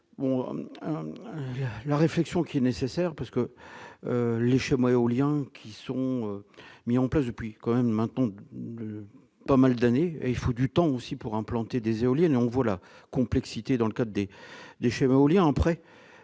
par la réflexion qui est nécessaire parce que les Chamois éoliens qui sont mis en place depuis quand même maintenant pas mal d'années il faut du temps aussi pour implanter des éoliennes et on voit la complexité dans le cas des déchets Véolia en prêt